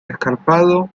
escarpado